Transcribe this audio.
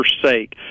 forsake